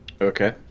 okay